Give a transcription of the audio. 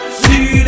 see